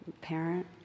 parent